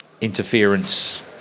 interference